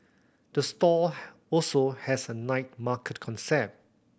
the store also has a night market concept